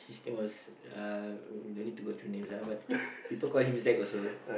his name was uh no need to go through name ah but people call him Zack also